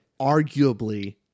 arguably